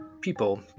people